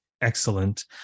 Excellent